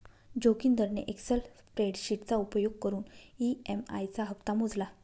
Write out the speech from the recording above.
जोगिंदरने एक्सल स्प्रेडशीटचा उपयोग करून ई.एम.आई चा हप्ता मोजला